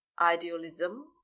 Idealism